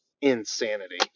insanity